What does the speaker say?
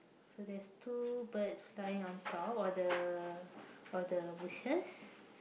so there's two birds flying on top of the of the bushes